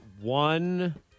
one